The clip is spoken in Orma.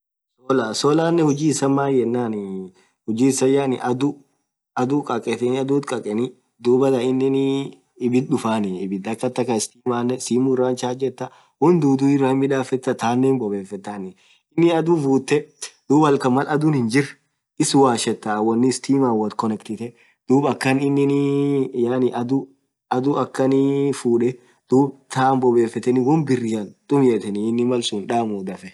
Solar solarnen huji isaa mayenan huji issa adhuu khaketeni dhuth kakeni dhuathan inin ibidhii dhufanii ibidhii khaa akamta sitimaa simu iraa hin chargetha wonn dhudhu iraa hin midhafetha thaanen hinbobefthaa inni adhuu vuthee dhub halkn Mal adhun hinjree iss washetah sitman with konnekhtite dhub akhan inin yaani adhuu akhanii fudhe dhub thaa bobefethin wonn biriran tumetheni innin malsun hindamuu dhafee